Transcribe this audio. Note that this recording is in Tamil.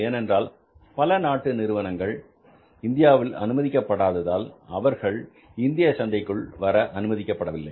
ஏனென்றால் பல நாட்டு நிறுவனங்கள் இந்தியாவிற்குள் அனுமதிக்கப் படாததால் அவர்கள் இந்திய சந்தைக்குள் வர அனுமதிக்கப்படவில்லை